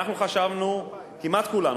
אנחנו חשבנו כמעט כולנו,